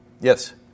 Yes